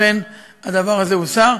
הדבר הוסר.